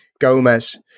Gomez